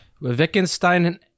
Wittgenstein